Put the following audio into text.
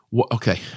Okay